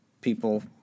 people